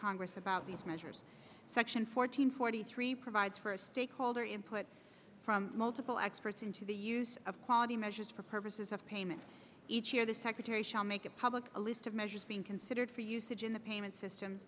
congress about these measures section four hundred forty three provides for a stakeholder input from multiple experts into the use of quality measures for purposes of payment each year the secretary shall make a public a list of measures being considered for usage in the payment system